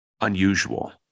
unusual